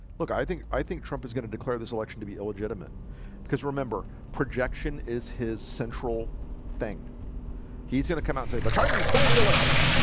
look i think i think trump is gonna declare this election to be illegitimate because remember projection is his central thing he's gonna come out saying the china you stole the election.